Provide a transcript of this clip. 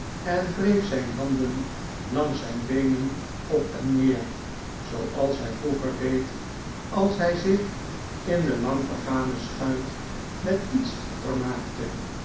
en wreef zijn handen langs zijn beenen op en neer zooals hij vroeger deed als hij zich in de lang vergane schuit met iets vermaakte